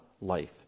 life